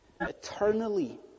Eternally